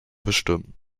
bestimmen